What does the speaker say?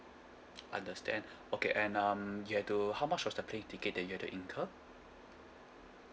understand okay and um you had to how much was the plane ticket that you had to incur